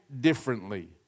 differently